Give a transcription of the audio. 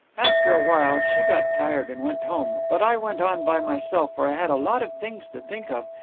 after a while she got tired and went home, but i went on by myself, for i had a lot of things to think of,